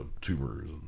tumors